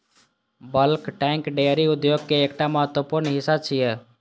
bulk tank dairy उद्योग के एकटा महत्वपूर्ण हिस्सा छियै